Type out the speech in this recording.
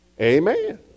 Amen